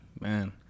man